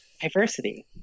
diversity